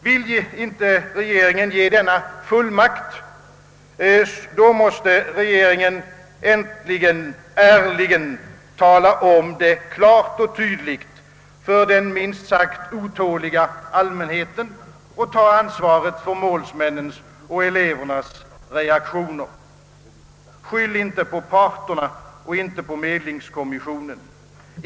Vill regeringen inte lämna denna fullmakt, måste regeringen äntligen ärligt uttala detta för den minst sagt otåliga allmänheten och ta ansvaret för målsmännens och elevernas reaktioner. Skyll inte på parterna och inte på medlingskommissionen!